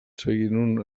seguint